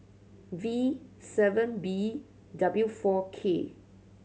V seven B W four K